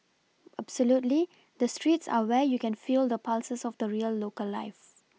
absolutely the streets are where you can feel the pulses of the real local life